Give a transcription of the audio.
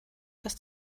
dass